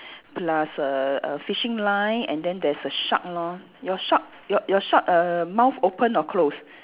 plus a a fishing line and then there's a shark lor your shark your your shark err mouth open or close